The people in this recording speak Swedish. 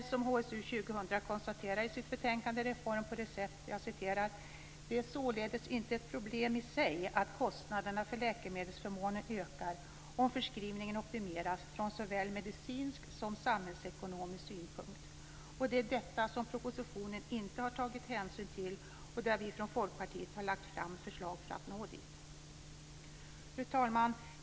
HSU 2000 konstaterar i sitt betänkande Reform på recept följande: "Det är således inte ett problem i sig att kostnaderna för läkemedelsförmånen ökar om förskrivningen optimeras från såväl medicinsk som samhällsekonomisk synpunkt". Det är detta som man inte har tagit hänsyn till i propositionen. Vi från Folkpartiet har lagt fram förslag för att nå dit. Fru talman!